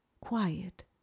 quiet